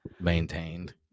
maintained